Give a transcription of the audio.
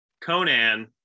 Conan